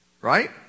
right